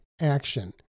action